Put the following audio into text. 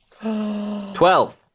Twelve